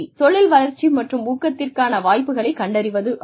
தொழில் வளர்ச்சி மற்றும் ஊக்கத்திற்கான வாய்ப்புகளை கண்டறிவதாகும்